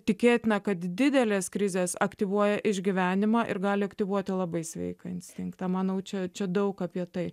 tikėtina kad didelės krizės aktyvuoja išgyvenimą ir gali aktyvuoti labai sveiką instinktą manau čia čia daug apie tai